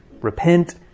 Repent